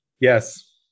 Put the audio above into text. yes